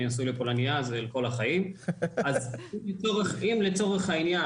אני נשוי לפולניה וזה לכל החיים אם לצורך העניין